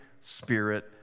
Spirit